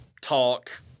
talk